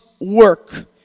work